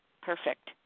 Perfect